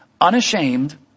unashamed